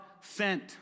sent